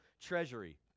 treasury